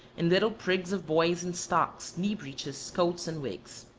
and little prigs of boys in stocks, knee-breeches, coats, and wigs.